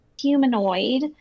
humanoid